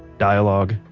dialogue,